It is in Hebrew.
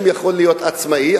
רופא נשים יכול להיות עצמאי,